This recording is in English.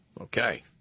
Okay